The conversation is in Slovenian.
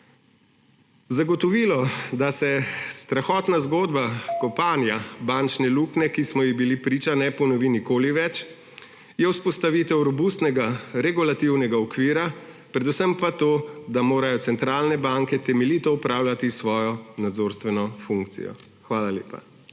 Zagotovilo, da se strahotna zgodba kopanja bančne luknje, ki smo ji bili priča, ne ponovi nikoli več, je vzpostavitev robustnega regulativnega okvira, predvsem pa to, da morajo centralne banke temeljito opravljati svojo nadzorstveno funkcijo. Hvala lepa.